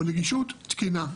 או נגישות תקינה.